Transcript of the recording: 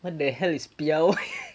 what the hell is piawai